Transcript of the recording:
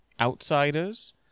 outsiders